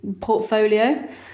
portfolio